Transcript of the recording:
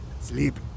Sleep